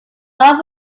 office